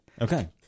Okay